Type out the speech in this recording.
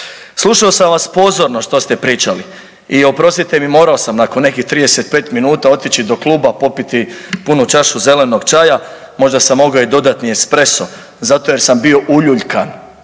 Slušao sam vas pozorno što ste pričali i oprostite mi, morao sam nakon nekih 35 minuta otići do kluba popiti punu čašu zelenog čaja, možda sam mogao i dodatni espreso zato jer sam bio uljuljkan,